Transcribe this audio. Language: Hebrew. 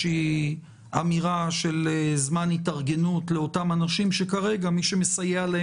אמירה לגבי זמן התארגנות לאותם אנשים שכרגע מי שמסייע להם